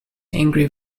angry